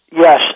yes